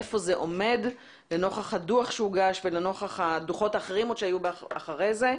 היכן זה עומד לנוכח הדוח שהוגש ולנוכח הדוחות האחרים שהיו אחרי כן.